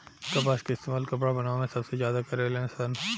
कपास के इस्तेमाल कपड़ा बनावे मे सबसे ज्यादा करे लेन सन